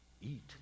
eat